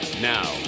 now